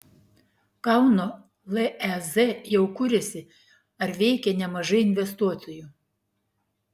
kauno lez jau kuriasi ar veikia nemažai investuotojų